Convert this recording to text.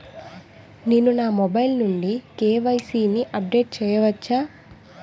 నేను నా మొబైల్ నుండి కే.వై.సీ ని అప్డేట్ చేయవచ్చా?